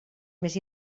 més